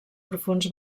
profunds